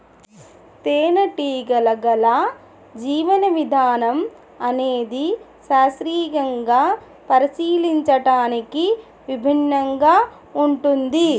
తేనెటీగల జీవన విధానం అనేది శాస్త్రీయంగా పరిశీలించడానికి విభిన్నంగా ఉంటుంది